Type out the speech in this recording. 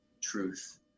truth